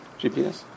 GPS